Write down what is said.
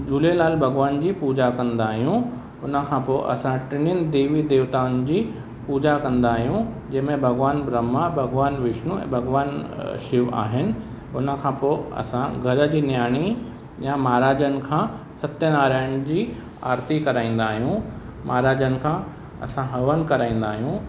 झूलेलाल भॻवानु जी पूजा कंदा आहियूं उनखां पोइ असां टिनिनि देवी देवताउनि जी पूजा कंदा आहियूं जंहिंमें भॻवानु ब्रह्मा भॻवानु विष्णु ऐं भॻवानु शिव आहिनि हुनखां पोइ असां घर जी नियाणी या महाराजनि खां सत्यनारायण जी आरती कराईंदा आहियूं महाराजनि खां असां हवनि कराईंदा आहियूं